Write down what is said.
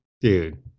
dude